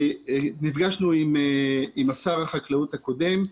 נפגשנו עם שר החקלאות הקודם,